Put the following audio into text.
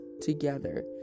together